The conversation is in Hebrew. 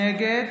נגד